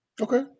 Okay